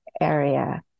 area